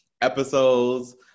episodes